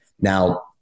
Now